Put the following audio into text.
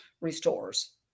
restores